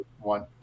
one